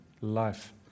life